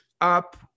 up